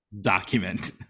document